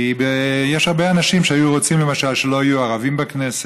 כי יש הרבה אנשים שהיו רוצים למשל שלא יהיו ערבים בכנסת,